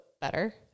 better